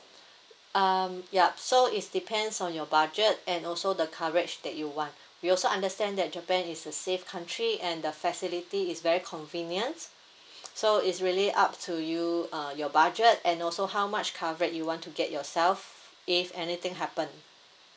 um yup so is depends on your budget and also the coverage that you want we also understand that japan is a safe country and the facility is very convenient so is really up to you uh your budget and also how much coverage you want to get yourself if anything happen